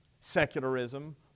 secularism